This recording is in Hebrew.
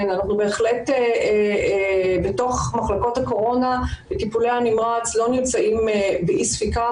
אנחנו בהחלט בתוך מחלקות הקורונה וטיפולי הנמרץ לא נמצאים באי ספיקה.